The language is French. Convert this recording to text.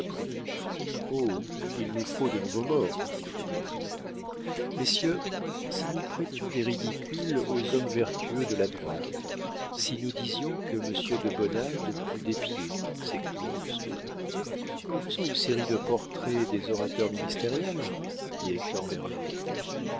il nous faut de nouveaux morts dit frédéric messieurs si nous prêtions des ridicules aux hommes vertueux de la droite si nous disions que monsieur de bonald pue des pieds s'écria lousteau commençons une série de portraits des orateurs ministériels